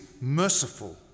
merciful